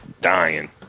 dying